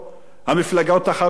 המפלגות החרדיות,